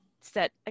set